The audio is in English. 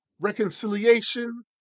Reconciliation